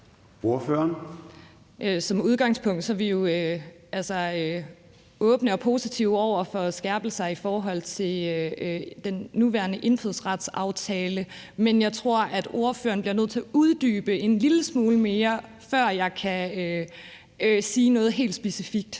Som udgangspunkt er vi jo altså åbne og positive over for skærpelser i forhold til den nuværende indfødsretsaftale. Men jeg tror, at ordføreren bliver nødt til at uddybe en lille smule mere, før jeg kan sige noget helt specifikt.